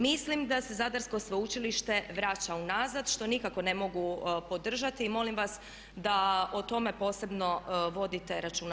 Mislim da se Zadarsko sveučilište vraća unazad što nikako ne mogu podržati i molim vas da o tome posebno vodite računa.